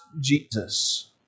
Jesus